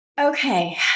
Okay